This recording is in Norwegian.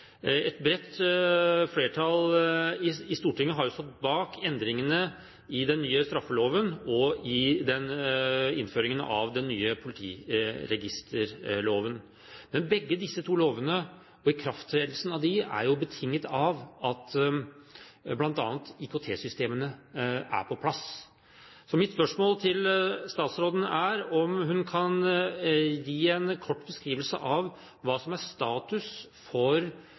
Et bredt flertall i Stortinget har stått bak endringene i den nye straffeloven og innføringen av den nye politiregisterloven. Men begge disse to lovene og ikrafttredelsen av dem er betinget av at bl.a. IKT-systemene er på plass. Mitt spørsmål til statsråden er om hun kan gi en kort beskrivelse av hva som er status for